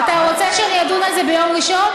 אתה רוצה שאני אדון על זה ביום ראשון?